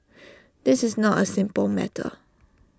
this is not A simple matter